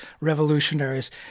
revolutionaries